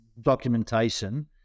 documentation